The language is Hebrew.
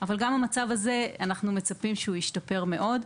אבל אנחנו מצפים שגם המצב הזה ישתפר מאוד.